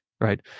Right